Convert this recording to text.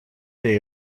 day